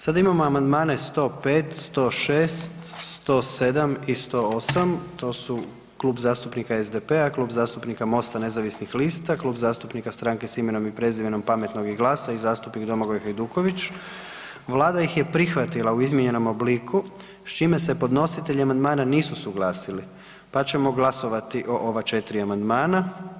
Sada imamo Amandmane 105., 106., 107. i 108. to su Klub zastupnika SDP-a, Klub zastupnika MOST-a nezavisnih lista, Klub zastupnika Stranke s imenom i prezimenom, Pametnog i GLAS-a i zastupnik Domagoj Hajduković, Vlada ih je prihvatila u izmijenjenom obliku s čime se podnositelji amandmana nisu suglasili, pa ćemo glasovati o ova 4 amandmana.